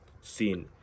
seen